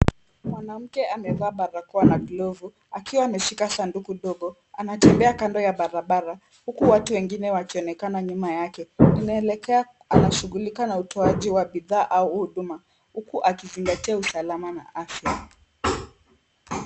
Mwanamke amevaa barakoa na glovu akiwa ameshika saduku ndogo anatembea kando ya barabara huku watu wengine wakionekana nyuma yake. Anashughulika na utoaji wa bidhaa au huduma huku akizingatia usalama na afya.